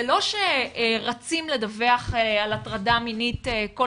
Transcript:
זה לא שרצים לדווח על הטרדה מינית ולכל